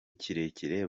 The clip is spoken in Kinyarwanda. kirekire